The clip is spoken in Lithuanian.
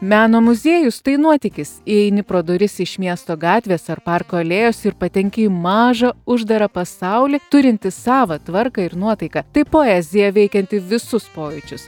meno muziejus tai nuotykis įeini pro duris iš miesto gatvės ar parko alėjos ir patenki į mažą uždarą pasaulį turintį savą tvarką ir nuotaiką tai poezija veikianti visus pojūčius